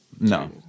No